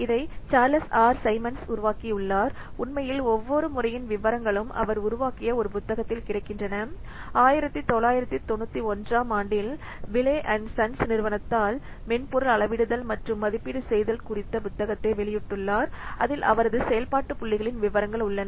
இதை Charles R Symons உருவாக்கியுள்ளார் உண்மையில் ஒவ்வொரு முறையின் விவரங்களும் அவர் உருவாக்கிய ஒரு புத்தகத்தில் கிடைக்கின்றன 1991 ஆம் ஆண்டில் விலே அண்ட் சன்ஸ் நிறுவனத்தால் மென்பொருள் அளவிடுதல் மற்றும் மதிப்பீடு செய்தல் குறித்த புத்தகத்தை வெளியிட்டுள்ளார் அதில் அவரது செயல்பாட்டு புள்ளிகளின் விவரங்கள் உள்ளன